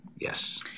Yes